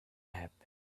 happen